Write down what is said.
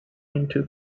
into